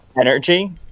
energy